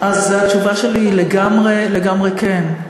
אז התשובה שלי היא לגמרי לגמרי כן.